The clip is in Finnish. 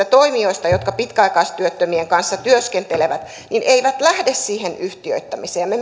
toimijoista jotka pitkäaikaistyöttömien kanssa työskentelevät eivät lähde siihen yhtiöittämiseen ja me